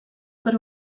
per